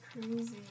crazy